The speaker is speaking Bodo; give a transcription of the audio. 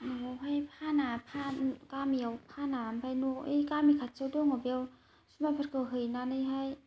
न'आवहाय फाना फान गामियाव फाना आमफाय न' ऐ गामि खाथियाव दङ बेव जुमायफोरखौ हैनानैहाय